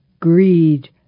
greed